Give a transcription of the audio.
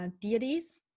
deities